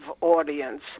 audience